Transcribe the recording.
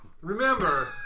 remember